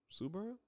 Subaru